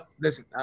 listen